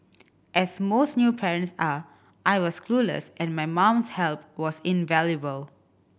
as most new parents are I was clueless and my mum's help was invaluable